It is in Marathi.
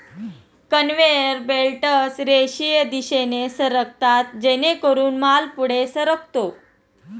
कन्व्हेयर बेल्टस रेषीय दिशेने सरकतात जेणेकरून माल पुढे सरकतो